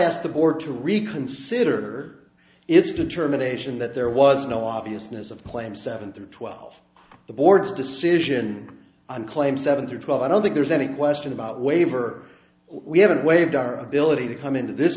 the board to reconsider its determination that there was no obviousness of claims seven through twelve the board's decision on claim seven through twelve i don't think there's any question about waiver we haven't waived our ability to come into this